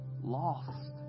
lost